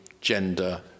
gender